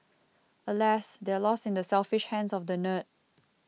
alas they're lost in the selfish hands of the nerd